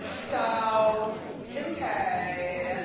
so kim k.